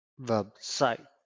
website